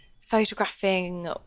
photographing